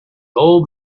old